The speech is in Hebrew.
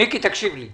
מיקי, תקשיב לי.